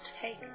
take